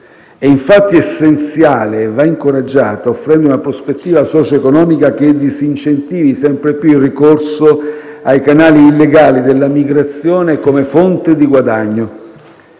è infatti essenziale e va incoraggiata offrendo una prospettiva socioeconomica che disincentivi sempre più il ricorso ai canali illegali della migrazione come fonte di guadagno.